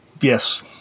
Yes